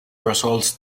results